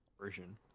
version